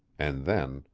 and then,